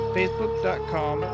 Facebook.com